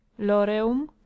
loreum